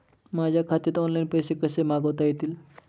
माझ्या खात्यात ऑनलाइन पैसे कसे मागवता येतील?